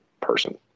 person